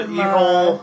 evil